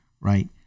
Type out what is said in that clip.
Right